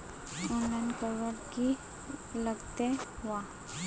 Online करवार की लगते वा?